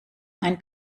ein